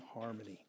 harmony